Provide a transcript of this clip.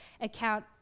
account